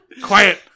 Quiet